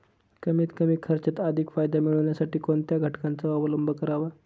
कमीत कमी खर्चात अधिक फायदा मिळविण्यासाठी कोणत्या घटकांचा अवलंब करावा?